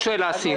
זה.